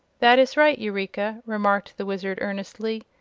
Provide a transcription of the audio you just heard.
that is right, eureka, remarked the wizard, earnestly.